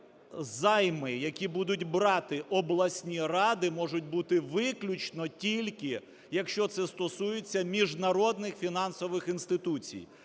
займи, які будуть брати обласні ради, можуть бути виключно тільки якщо це стосується міжнародних фінансових інституцій,